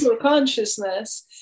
consciousness